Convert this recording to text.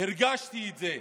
הרגשתי את זה.